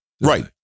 right